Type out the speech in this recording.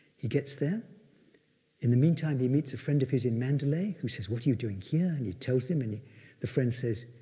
he gets there in the meantime he meets a friend of his in mandalay who says, what are you doing here? and he tells him and the friend says,